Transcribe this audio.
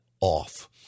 off